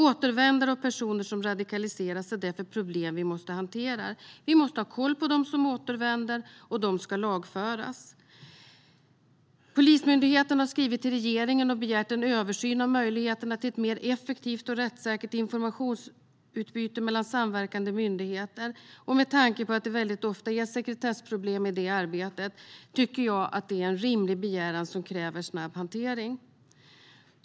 Återvändare och personer som radikaliseras är därför problem som vi måste hantera. Vi måste ha koll på dem som återvänder, och de ska lagföras. Polismyndigheten har skrivit till regeringen och begärt en översyn av möjligheterna till ett mer effektivt och rättssäkert informationsutbyte mellan samverkande myndigheter. Med tanke på att det väldigt ofta är sekretessproblem i det arbetet tycker jag att det är en rimlig begäran som kräver snabb hantering.